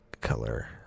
color